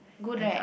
good right